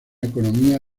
economía